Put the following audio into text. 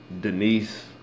Denise